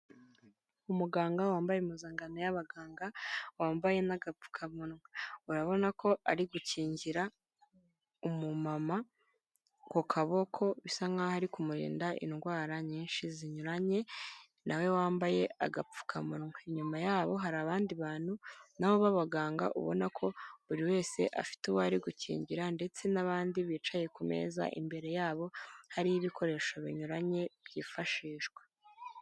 Umuganga wambaye impuzankano y'abaganga wambaye n'agapfuka munwa urabona ko ari gukingira umumama ku kaboko bisa nkaho ari kumurinda indwara nyinshi zinyuranye nawe wambaye agapfukamunwa nyuma ye hari abandi bantu nabo babaganga ubona ko buri wese afite uwari gukingira ndetse n'abandi bicaye ku meza imbere yabo hariho ibikoresho binyuranye byifashishwa.